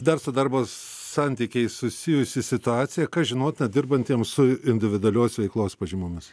dar su darbo santykiais susijusi situacija kas žinotina dirbantiems su individualios veiklos pažymomis